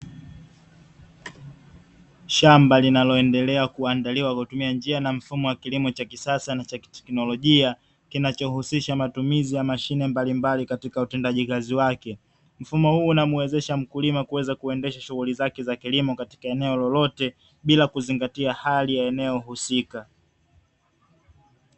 Shamba linaloendelea kuandaliwa kwa kutumia njia na mfumo wa kilimo cha kisasa ni cha kiteknolojia, kinachohusisha matumizi ya mashine mbalimbali katika utendaji kazi wake, Mfumo huu unamwezesha mkulima kuweza kuendesha shughuli zake za kilimo katika eneo lolote bila kuzingatia hali ya eneo husika.